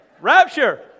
Rapture